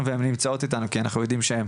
והם נמצאות איתנו כי אנחנו יודעים שהם